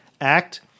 Act